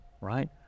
right